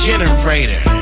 Generator